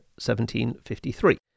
1753